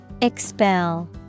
Expel